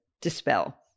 dispel